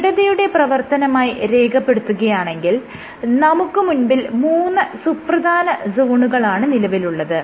ദൃഢതയുടെ പ്രവർത്തനമായി രേഖപ്പെടുത്തുകയാണെങ്കിൽ നമുക്ക് മുൻപിൽ മൂന്ന് സുപ്രധാന സോണുകളാണ് നിലവിലുള്ളത്